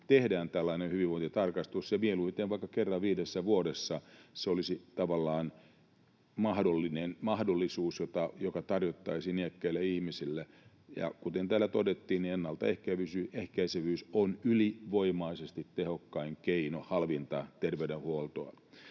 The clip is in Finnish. tehdään tällainen hyvinvointitarkastus, ja mieluiten vaikka kerran viidessä vuodessa. Se olisi tavallaan mahdollisuus, joka tarjottaisiin iäkkäille ihmisille. Kuten täällä todettiin, ennaltaehkäisevyys on ylivoimaisesti tehokkain keino, halvinta terveydenhuoltoa.